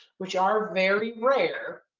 which are very rare,